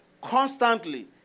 Constantly